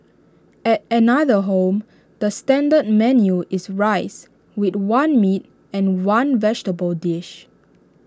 at another home the standard menu is rice with one meat and one vegetable dish